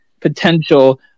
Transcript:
potential